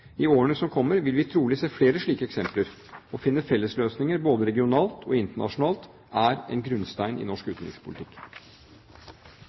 I årene som kommer, vil vi trolig se flere slike eksempler. Å finne fellesløsninger både regionalt og internasjonalt er en grunnstein i norsk